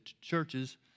churches